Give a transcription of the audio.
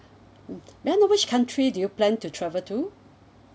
may I know which country do you plan to travel to